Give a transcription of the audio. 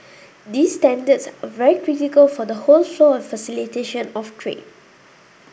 these standards are very critical for the whole flow and facilitation of trade